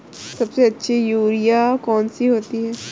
सबसे अच्छी यूरिया कौन सी होती है?